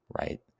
right